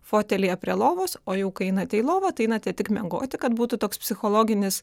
fotelyje prie lovos o jau kai einate į lovą tai einate tik miegoti kad būtų toks psichologinis